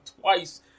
twice